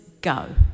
go